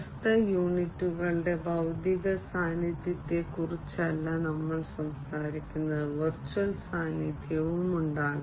ഇക്കാലത്ത് വ്യത്യസ്ത യൂണിറ്റുകളുടെ ഭൌതിക സാന്നിധ്യത്തെക്കുറിച്ചല്ല നമ്മൾ സംസാരിക്കുന്നത് വെർച്വൽ സാന്നിധ്യവും ഉണ്ടാകാം